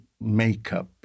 makeup